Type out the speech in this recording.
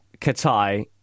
Katai